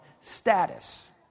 status